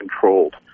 controlled